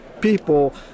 people